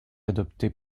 adopté